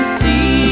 see